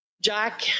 Jack